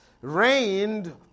Reigned